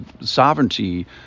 sovereignty